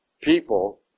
people